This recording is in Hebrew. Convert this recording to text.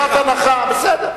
חובת הנחה, בסדר.